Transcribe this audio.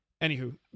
anywho